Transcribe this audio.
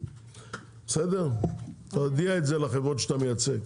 תודיע את זה לחברות שאתה מייצג.